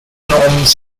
نومید